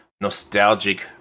nostalgic